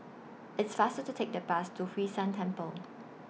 It's faster to Take The Bus to Hwee San Temple